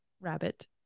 rabbit